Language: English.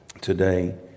today